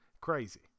crazy